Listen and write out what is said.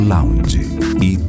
Lounge